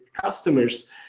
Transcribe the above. customers